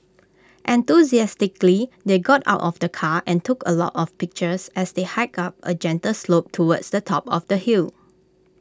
enthusiastically they got out of the car and took A lot of pictures as they hiked up A gentle slope towards the top of the hill